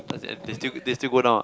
as in they still they still go down ah